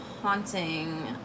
haunting